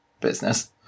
business